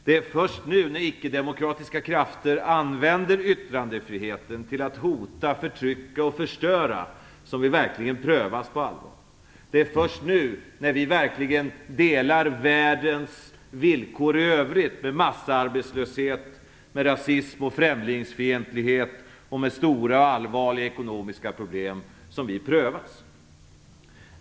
Det är först nu, när icke-demokratiska krafter använder yttrandefriheten till att hota, förtrycka och förstöra, som vi verkligen prövas på allvar. Det är först nu, när vi verkligen delar övriga världens villkor, med massarbetslöshet, rasism och främlingsfientlighet och stora och allvarliga ekonomiska problem, som vi prövas.